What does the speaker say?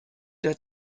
der